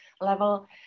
level